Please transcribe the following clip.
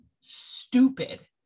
stupid